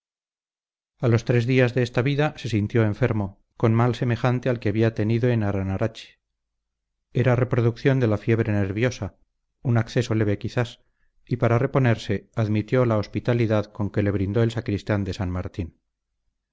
a los tres días de esta vida se sintió enfermo con mal semejante al que había tenido en aranarache era reproducción de la fiebre nerviosa un acceso leve quizás y para reponerse admitió la hospitalidad con que le brindó el sacristán de san martín